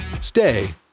stay